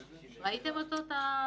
שהוא.